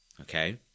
Okay